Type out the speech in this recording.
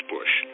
Bush